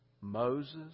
Moses